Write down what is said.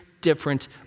different